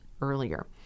earlier